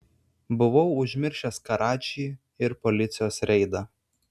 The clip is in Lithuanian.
buvau užmiršęs karačį ir policijos reidą